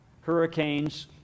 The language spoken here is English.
hurricanes